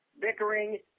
bickering